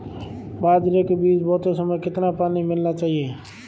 बाजरे के बीज बोते समय कितना पानी मिलाना चाहिए?